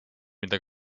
mida